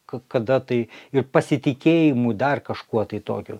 k kada tai ir pasitikėjimu dar kažkuo tai tokiu